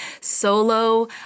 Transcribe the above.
solo